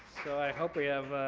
so i hope we have,